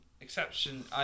exception